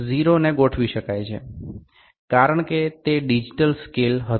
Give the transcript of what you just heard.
০ টি ঠিক করা যায় কারণ এটির ডিজিটাল স্কেল আছে